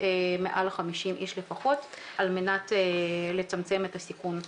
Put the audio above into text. מעל 50 איש לפחות על מנת לצמצם את הסיכון להדבקה.